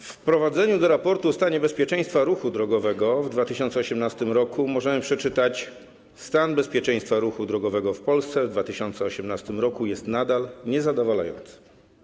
We wprowadzeniu do raportu o stanie bezpieczeństwa ruchu drogowego w 2018 r. możemy przeczytać: „Stan bezpieczeństwa ruchu drogowego w Polsce w 2018 r. jest nadal niezadowalający”